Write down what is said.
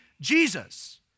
Jesus